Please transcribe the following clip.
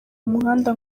umuhanda